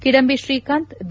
Kidambi Srikanth B